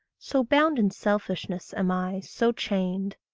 so bound in selfishness am i, so chained,